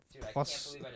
plus